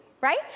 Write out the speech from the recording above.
right